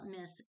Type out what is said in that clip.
miss